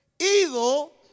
Evil